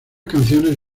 canciones